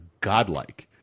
godlike